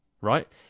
right